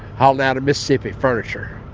hauled out of mississippi. furniture.